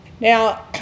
Now